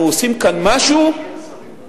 אנחנו עושים כאן משהו שאנחנו,